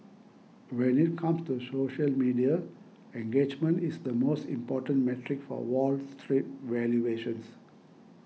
when it comes to social media engagement is the most important metric for Wall Street valuations